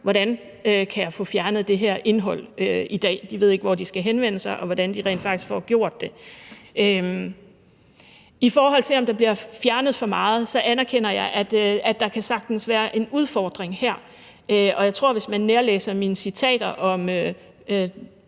hvordan man kan få fjernet det her indhold i dag. De ved ikke, hvor de skal henvende sig, og hvordan de rent faktisk får gjort det. I forhold til om der bliver fjernet for meget, anerkender jeg, at der sagtens kan være en udfordring her, og jeg tror, at hvis man nærlæser mine citater om